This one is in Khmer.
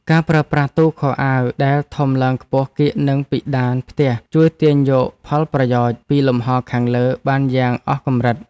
ការប្រើប្រាស់ទូខោអាវដែលដំឡើងខ្ពស់កៀកនឹងពិដានផ្ទះជួយទាញយកផលប្រយោជន៍ពីលំហរខាងលើបានយ៉ាងអស់កម្រិត។